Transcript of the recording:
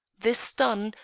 this done,